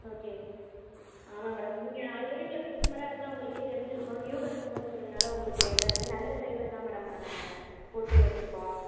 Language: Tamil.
ஓகே ஆமாம் மேடம் நீங்கள் ஆல்ரெடி உள்ள கஸ்டமராக இருந்தால் உங்களுக்கே தெரிஞ்சிருக்கும் நியூ கஸ்டமர்ங்கிறதுனால உங்களுக்கு இதாக இருக்கு நல்ல ட்ரைவர் தான் மேடம் நாங்கள் போட்டு வச்சுருக்கோம்